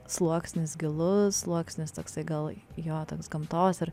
sluoksnis gilus sluoksnis toksai gal jo toks gamtos ir